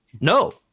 No